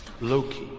Loki